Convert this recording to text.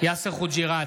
יאסר חוג'יראת,